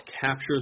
captures